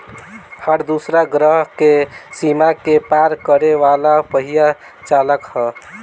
हर दूसरा ग्रह के सीमा के पार करे वाला पहिला चालक ह